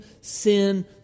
sin